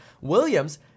Williams